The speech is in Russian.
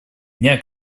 дня